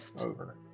over